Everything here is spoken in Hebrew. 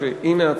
שהנה,